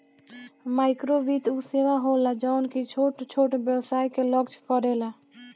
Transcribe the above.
माइक्रोवित्त उ सेवा होला जवन की छोट छोट व्यवसाय के लक्ष्य करेला